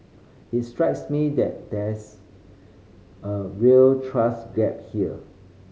it strikes me that there's a real trust gap here